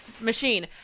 machine